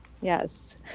Yes